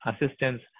assistance